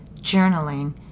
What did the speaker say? journaling